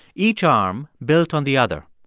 each arm built on the other.